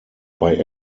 bei